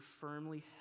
firmly